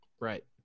Right